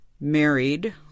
married